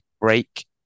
break